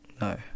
No